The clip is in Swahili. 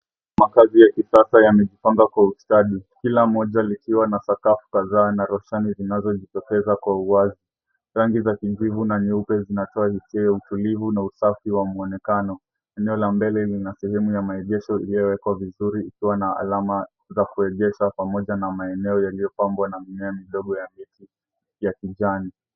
Makazi ya kisasa yamejipanga kwa ustadi. Kila moja likiwa na sakafu kadhaa na roshani zinazojitokeza kwa uwazi. Rangi za kijivu na nyeupe zinatoa hisia ya utulivu na usafi wa muonekano. Eneo la mbele lina sehemu ya maegesho iliyowekwa vizuri ikiwa na alama za kuegesha pamoja na maeneo yaliyopambwa na mimea midogo ya rangi ya kijani.